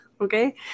okay